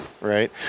right